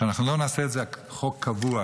שאנחנו לא נעשה את זה חוק קבוע,